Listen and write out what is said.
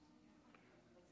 אני מתכבדת להודיעכם,